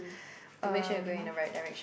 um